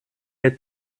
est